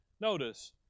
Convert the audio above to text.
notice